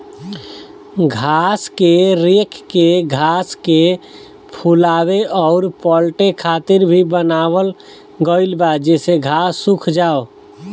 घास के रेक के घास के फुलावे अउर पलटे खातिर भी बनावल गईल बा जेसे घास सुख जाओ